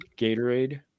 Gatorade